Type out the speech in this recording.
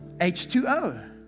H2O